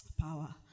power